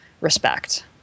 respect